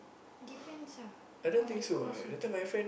depends ah on the course you take